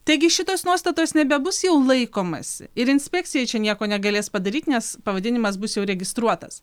taigi šitos nuostatos nebebus jau laikomasi ir inspekcija čia nieko negalės padaryti nes pavadinimas bus jau registruotas